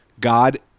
God